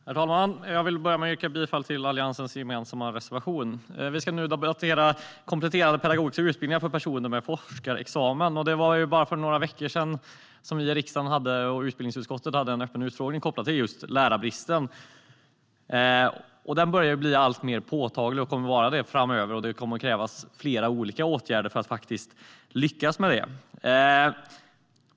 Herr talman! Jag vill börja med att yrka bifall till Alliansens gemensamma reservation. Vi debatterar kompletterande pedagogiska utbildningar för personer med forskarexamen. Det var för bara några veckor sedan som vi i utbildningsutskottet hade en öppen utfrågning i riksdagen om lärarbristen. Den börjar bli alltmer påtaglig och kommer att vara det framöver. Det kommer att krävas flera olika åtgärder för att lyckas åtgärda den.